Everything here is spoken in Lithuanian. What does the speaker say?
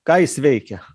ką jis veikia